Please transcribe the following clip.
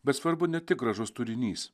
bet svarbu ne tik gražus turinys